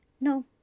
No